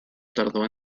tardó